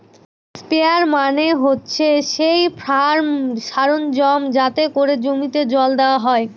sprayer মানে হচ্ছে সেই ফার্ম সরঞ্জাম যাতে করে জমিতে জল দেওয়া হয়